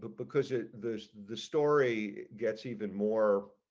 but because it there's the story gets even more.